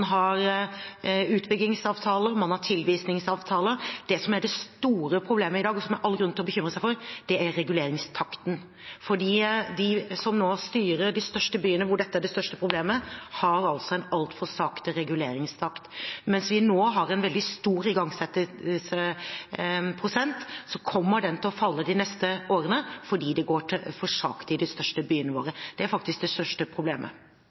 har utbyggingsavtaler og tilvisningsavtaler. Det som er det store problemet i dag, og som det er all grunn til å bekymre seg for, er reguleringstakten. De som nå styrer de største byene, hvor dette er det største problemet, har en altfor sakte reguleringstakt. Mens vi nå har en veldig stor igangsettelsesprosent, kommer den til å falle de neste årene fordi det går for sakte i de største byene våre. Det er faktisk det største problemet.